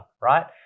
right